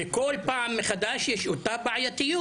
וכל פעם מחדש יש אותה בעייתיות.